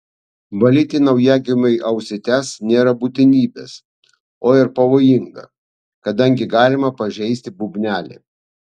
valyti naujagimiui ausytes nėra būtinybės o ir pavojinga kadangi galima pažeisti būgnelį